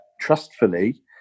trustfully